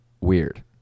weird